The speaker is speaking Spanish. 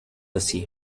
así